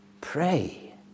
pray